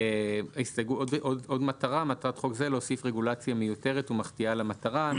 עוד מטרה: "מטרת חוק זה להוסיף רגולציה מיותרת ומחטיאה למטרה".